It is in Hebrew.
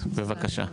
בבקשה.